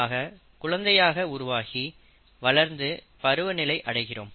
ஆக குழந்தையாக உருவாகி வளர்ந்து பருவ நிலை அடைகிறோம்